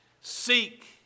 Seek